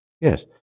yes